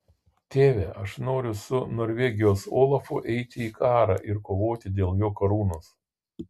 tėve aš noriu su norvegijos olafu eiti į karą ir kovoti dėl jo karūnos